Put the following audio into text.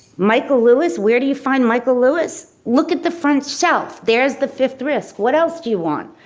michael lewis? where do you find michael lewis? look at the front shelf. there's the fifth risk. what else do you want?